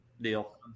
Deal